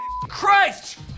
Christ